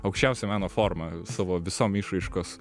aukščiausia meno forma savo visom išraiškos